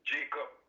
Jacob